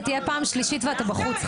זאת תהיה פעם שלישית ואתה בחוץ.